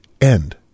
end